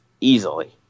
easily